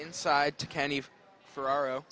inside to kenny for our o